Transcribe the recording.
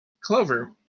Clover